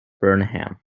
burnham